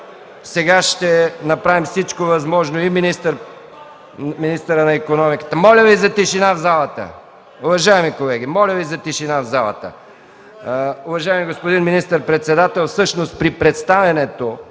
Сега ще направим всичко възможно и министърът на икономиката да дойде. Уважаеми колеги, моля за тишина в залата! Уважаеми господин министър-председател, всъщност при представянето